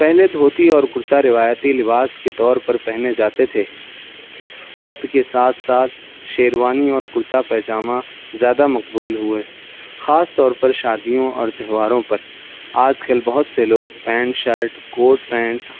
پہلے دھوتی اور کرتا روایتی لباس کے طور پر پہنے جاتے تھے وقت کے ساتھ ساتھ شیروانی اور کرتا پائجامہ زیادہ مقبول ہوئے خاص طور پر شادیوں اور تہواروں پر آج کل بہت سے لوگ پینٹ شرٹ کوٹ پینٹ